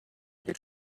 get